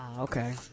okay